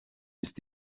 ist